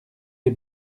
des